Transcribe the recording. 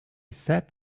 said